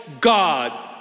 God